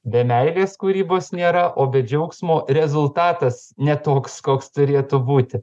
be meilės kūrybos nėra o be džiaugsmo rezultatas ne toks koks turėtų būti